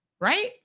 right